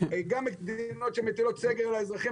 גם מדינות שמטילות סגר על האזרחים,